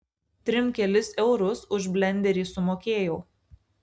trim kelis eurus už blenderį sumokėjau